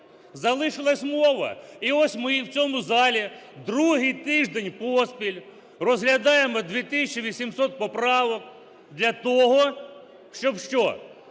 Залишилась мова. І ось ми в цьому залі другий тиждень поспіль розглядаємо 2 тисячі 800 поправок для того, щоб що?